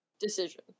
decision